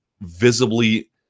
visibly